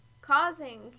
causing